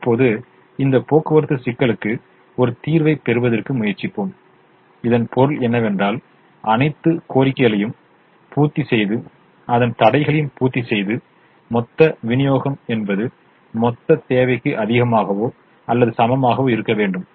இப்போது இந்த போக்குவரத்து சிக்கலுக்கு ஒரு தீர்வைப் பெறுவதற்கு முயற்சிப்போம் இதன் பொருள் என்னவென்றால் அனைத்து கோரிக்கைகளையும் பூர்த்திசெய்து அதன் தடைகளையும் பூர்த்திசெய்து மொத்த விநியோகம் என்பது மொத்த தேவைக்கு அதிகமாகவோ அல்லது சமமாகவோ இருக்க வேண்டும்